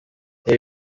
reba